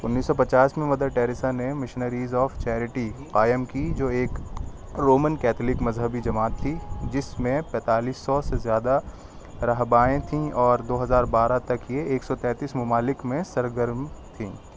انیس سو پچاس میں مدر ٹریسا نے مشنریز آف چیریٹی قائم کی جو ایک رومن کیتھولک مذہبی جماعت تھی جس میں پینتالیس سو سے زیادہ راہبائیں تھیں اور دو ہزار بارہ تک یہ ایک سو تینتیس ممالک میں سرگرم تھیں